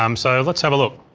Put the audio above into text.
um so let's have a look.